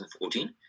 2014